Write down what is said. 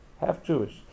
Half-Jewish